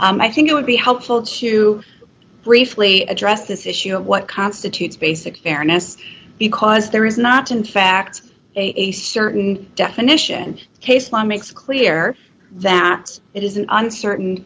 gems i think it would be helpful to briefly address this issue of what constitutes basic fairness because there is not in fact a certain definition and case law makes clear that it is an uncertain